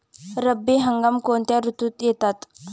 रब्बी हंगाम कोणत्या ऋतूत येतात?